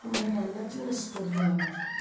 আমরা রান্নার জন্য স্টোব ব্যবহার করি